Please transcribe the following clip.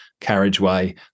carriageway